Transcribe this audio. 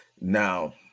Now